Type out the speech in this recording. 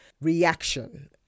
reaction